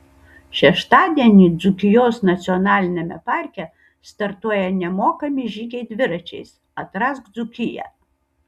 šeštadienį dzūkijos nacionaliniame parke startuoja nemokami žygiai dviračiais atrask dzūkiją